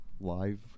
live